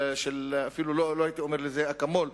שאפילו לא הייתי קורא לזה אקמול.